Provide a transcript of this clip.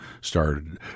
started